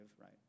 right